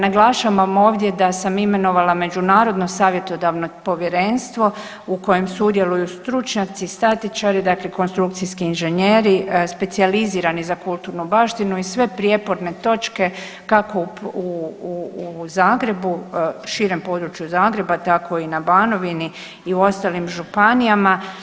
Naglašavam ovdje da sam imenovala Međunarodno savjetodavno povjerenstvo u kojem sudjeluju stručnjaci, statičari, dakle konstrukcijski inženjeri, specijalizirani za kulturnu baštinu i sve prijeporne točke, kako u Zagrebu, širem području Zagreba, tako i na Banovini i u ostalim županijama.